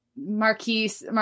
Marquise